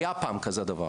היה פעם כזה דבר.